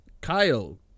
Kyle